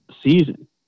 season